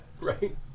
right